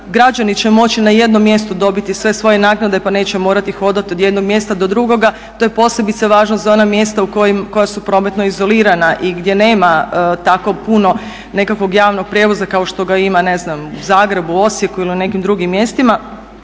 građani će moći na jednom mjestu dobiti sve svoje naknade pa neće morati hodati od jednog mjesta do drugoga. To je posebice važno za ona mjesta koja su prometno izolirana i gdje nema tako puno nekakvog javnog prijevoza kao što ga ima ne znam u Zagrebu, Osijeku ili u nekim drugim mjestima,